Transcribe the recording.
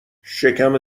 شکم